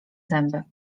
zęby